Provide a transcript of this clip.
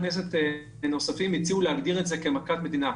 כנסת נוספים הציעו להגדיר את זה כמכת מדינה.